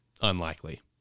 unlikely